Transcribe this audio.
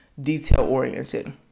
detail-oriented